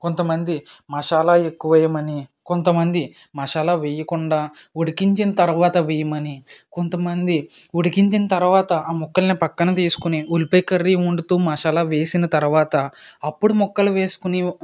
కొంత మంది మసాలా ఎక్కువేయమని కొంత మంది మసాలా వెయ్యకుండా ఉడికించిన తరువాత వేయమని కొంత మంది ఉడికించిన తరువాత ఆ ముక్కల్ని ప్రక్కన తీసుకొని ఉల్లిపాయ కర్రీ వండుతూ మసాలా వేసిన తరువాత అప్పుడు మొక్కలు వేసుకుని